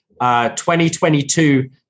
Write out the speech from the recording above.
2022